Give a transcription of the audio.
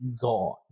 gone